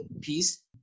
piece